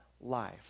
life